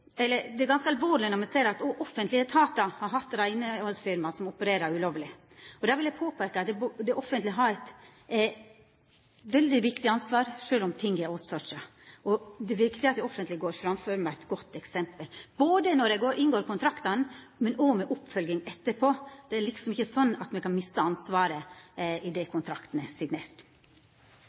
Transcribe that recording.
er ganske alvorleg når me ser at òg offentlege etatar har hatt reinhaldsfirma som opererer ulovleg. Da vil eg peika på at det offentlege har eit veldig viktig ansvar, sjølv om ting er outsourca. Det er viktig at det offentlege går framfor med eit godt eksempel – både når dei inngår kontraktane, og når det gjeld oppfølginga etterpå. Det er ikkje slik at ein kan miste ansvaret idet kontrakten er signert.